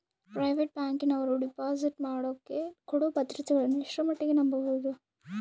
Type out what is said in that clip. Private ಬ್ಯಾಂಕಿನವರು deposit ಮಾಡೋಕೆ ನೇಡೋ ಭದ್ರತೆಗಳನ್ನು ಎಷ್ಟರ ಮಟ್ಟಿಗೆ ನಂಬಬಹುದು?